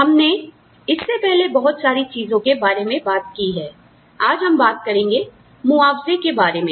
हमने इससे पहले बहुत सारी चीजों के बारे में बात की है आज हम बात करेंगे मुआवजे के मुद्देबारे में